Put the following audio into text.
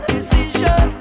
Decision